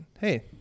hey